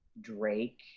Drake